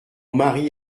mari